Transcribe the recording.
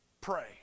pray